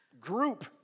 group